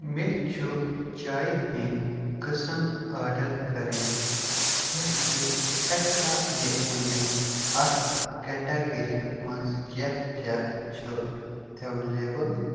مےٚ چھُ چایہِ ہِنٛدۍ قٕسٕم آڈَر کرٕنۍ کیٛاہ زٕ ہٮ۪ککھا مےٚ ؤنِتھ اَتھ کٮ۪ٹَگٔری منٛز کیٛاہ کیٛاہ چھُ اٮ۪ولیبٕل